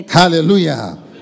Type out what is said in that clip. hallelujah